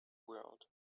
world